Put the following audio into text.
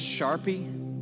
Sharpie